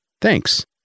Thanks